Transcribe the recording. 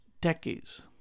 decades